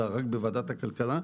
אלא רק בוועדת הכלכלה,